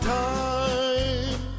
time